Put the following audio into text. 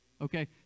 okay